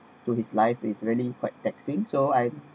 to his life is really quite taxing so I